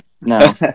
no